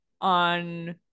on